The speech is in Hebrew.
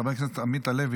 חבר הכנסת עמית הלוי,